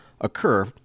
occur